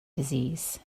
disease